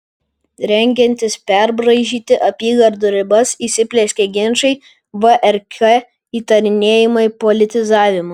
rengiantis perbraižyti apygardų ribas įsiplieskė ginčai vrk įtarinėjimai politizavimu